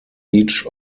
each